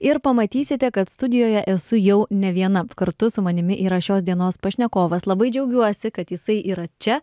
ir pamatysite kad studijoje esu jau ne viena kartu su manimi yra šios dienos pašnekovas labai džiaugiuosi kad jisai yra čia